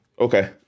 Okay